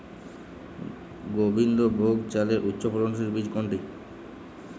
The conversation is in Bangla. গোবিন্দভোগ চালের উচ্চফলনশীল বীজ কোনটি?